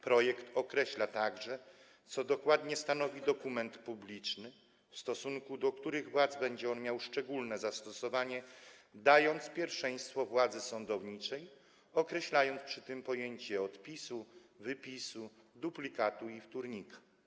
Projekt określa także, co dokładnie stanowi dokument publiczny, w stosunku do których władz będzie miał on szczególne zastosowanie, dając pierwszeństwo władzy sądowniczej i określając przy tym pojęcia odpisu, wypisu, duplikatu i wtórnika.